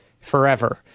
forever